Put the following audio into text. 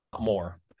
more